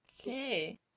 Okay